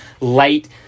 light